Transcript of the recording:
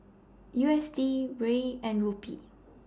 U S D Riel and Rupee